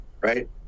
right